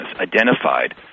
identified